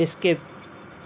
skip